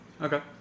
okay